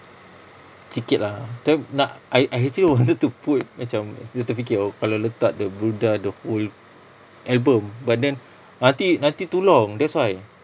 sikit ah tapi nak I I actually wanted to put macam saya terfikir [tau] kalau letak the burdah the whole album but then nanti too long that's why